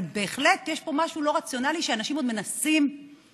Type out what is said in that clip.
אבל בהחלט יש פה משהו לא רציונלי בכך שאנשים מנסים וממשיכים